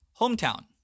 hometown